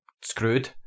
screwed